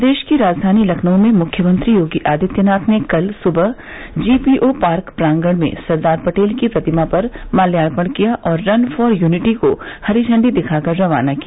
प्रदेश की राजधानी लखनऊ में मुख्यमंत्री योगी आदित्यनाथ ने कल सुबह जीपीओ पार्क प्रांगण में सरदार पटेल की प्रतिमा पर माल्यार्पण किया और रन फॉर यूनिटी को हरी झंडी दिखाकर रवाना किया